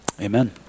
amen